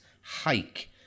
hike